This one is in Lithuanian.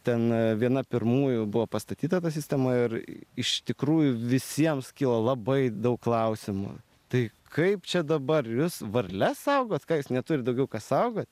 ten viena pirmųjų buvo pastatyta ta sistema ir iš tikrųjų visiems kyla labai daug klausimų tai kaip čia dabar jūs varles saugot ką jis neturi daugiau ką saugot